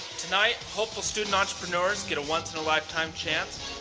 tonight, hopeful student entrepreneurs get a once in a lifetime chance,